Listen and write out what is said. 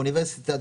אוניברסיטת